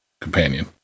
companion